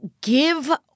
give